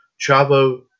Chavo